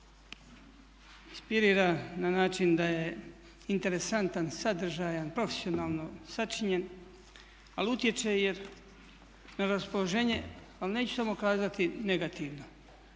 Inspirira na način da je interesantan, sadržajan, profesionalno sačinjen ali utječe na raspoloženje ali neću samo kazati negativno.